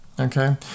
okay